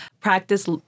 Practice